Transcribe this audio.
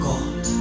God